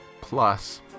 plus